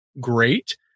great